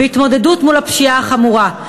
בהתמודדות מול הפשיעה החמורה.